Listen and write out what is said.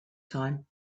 time